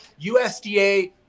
USDA